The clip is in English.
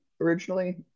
originally